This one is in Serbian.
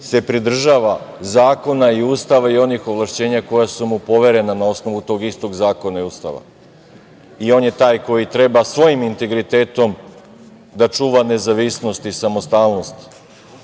se pridržava zakona i Ustava i onih ovlašćenja koja su mu poverena na osnovu tog istog zakona i Ustava i on je taj koji treba svojim integritetom da čuva nezavisnost i samostalnost